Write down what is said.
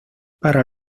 para